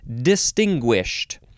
distinguished